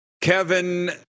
Kevin